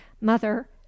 mother